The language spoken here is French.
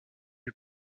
les